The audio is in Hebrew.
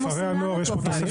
הם עושים לנו טובה.